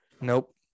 Nope